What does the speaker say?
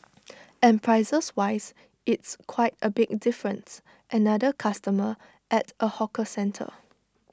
and prices wise it's quite A big difference another customer at A hawker centre